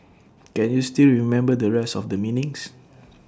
can you still remember the rest of the meanings